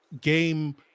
game